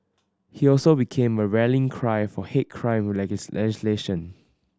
he also became a rallying cry for hate crime legislation